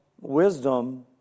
wisdom